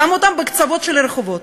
שמו אותם בקצוות של הרחובות.